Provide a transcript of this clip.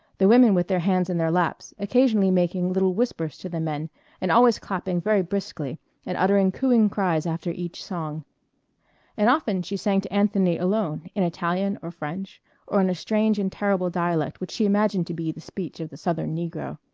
the women with their hands in their laps, occasionally making little whispers to the men and always clapping very briskly and uttering cooing cries after each song and often she sang to anthony alone, in italian or french or in a strange and terrible dialect which she imagined to be the speech of the southern negro.